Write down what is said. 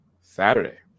saturday